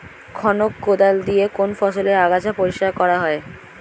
খনক কোদাল দিয়ে কোন ফসলের আগাছা পরিষ্কার করা হয়?